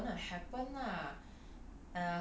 not gonna happen lah